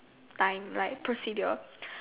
time like procedure